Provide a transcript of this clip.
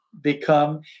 become